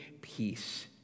peace